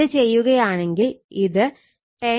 അത് ചെയ്യുകയാണെങ്കിൽ ഇത് 10